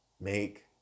make